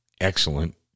excellent